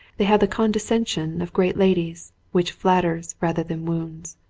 they have the condescension of great ladies which flat ters rather than wounds.